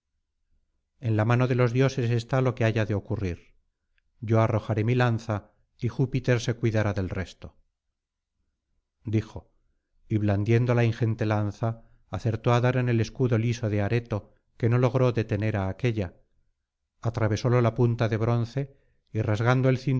en la mano de los dioses está lo que haya de ocurrir yo arrojaré mi lanza y júpiter se cuidará del resto dijo y blandiendo la ingente lanza acertó á dar en el escudo liso de areto que no logró detener á aquélla atravesólo la punta de bronce y rasgando el